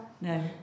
No